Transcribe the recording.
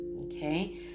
okay